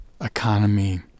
economy